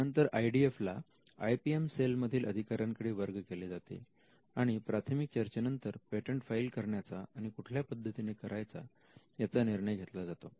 त्यानंतर IDF ला I P M cell मधील अधिकाऱ्यांकडे वर्ग केले जाते आणि प्राथमिक चर्चेनंतर पेटंट फाईल करण्याचा आणि कुठल्या पद्धतीने करायचा याचा निर्णय घेतला जातो